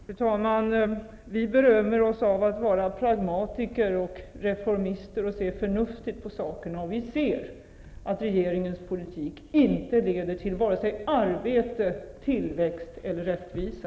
Fru talman! Vi berömmer oss av att vara pragmatiker och reformister och av att se förnuftigt på saker och ting. Vi ser att regeringens politik inte leder till vare sig arbete, tillväxt eller rättvisa.